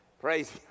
Praise